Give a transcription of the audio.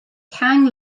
kang